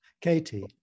Katie